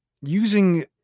using